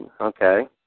Okay